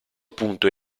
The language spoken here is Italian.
punto